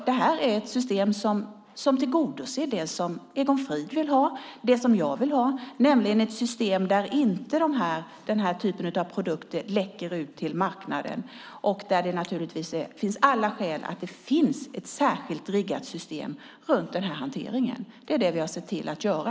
Detta är ett system som tillgodoser det som Egon Frid vill ha och det som jag vill ha, nämligen ett system där denna typ av produkter inte läcker ut till marknaden och där det naturligtvis finns alla skäl att ha ett särskilt riggat system runt denna hantering. Det är det som vi har sett till att göra.